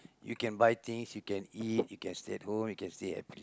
you can buy things you can eat you can stay at home you can stay happy